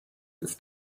this